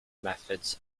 methods